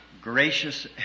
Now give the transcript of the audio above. Gracious